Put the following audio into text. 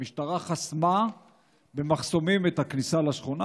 המשטרה חסמה במחסומים את הכניסה לשכונה,